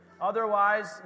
Otherwise